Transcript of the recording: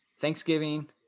Thanksgiving